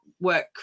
work